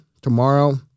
tomorrow